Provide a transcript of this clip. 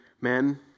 men